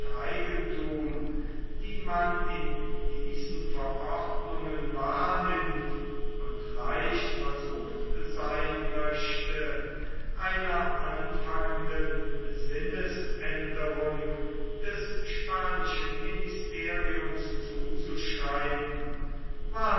eigenthum die man in diesen verordnungen wahrnimmt und leicht versucht werden möchte einer anfangenden sinnesänderung des spanischen ministeriums zuzuschreiben war